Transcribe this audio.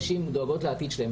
נשים דואגות לעתיד שלהן,